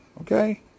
Okay